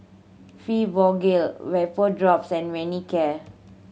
Fibogel Vapodrops and Manicare